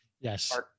Yes